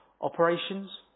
operations